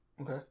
Okay